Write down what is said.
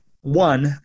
one